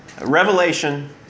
Revelation